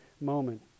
moment